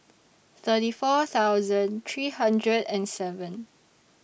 thirty four thousand three hundred and seven